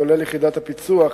כולל יחידת הפיצו"ח,